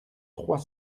trois